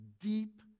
deep